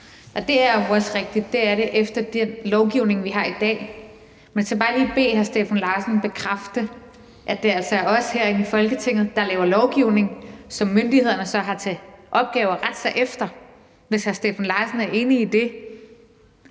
Det er jo også rigtigt. Det er det efter den lovgivning, vi har i dag. Men jeg vil bare lige bede hr. Steffen Larsen bekræfte, at det altså er os herinde i Folketinget, der laver lovgivning, som myndighederne så har til opgave at rette sig efter. Hvis hr. Steffen Larsen er enig i det,